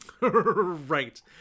right